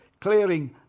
clearing